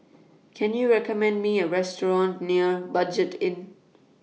Can YOU recommend Me A Restaurant near Budget Inn